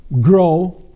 grow